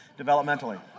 developmentally